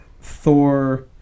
Thor